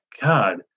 God